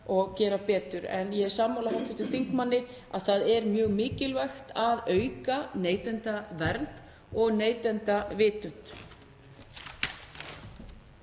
og gera betur. En ég er sammála hv. þingmanni að það er mjög mikilvægt að auka neytendavernd og neytendavitund.